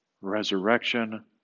resurrection